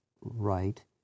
right